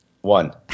one